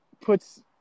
puts